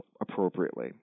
appropriately